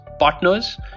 Partners